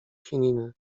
chininy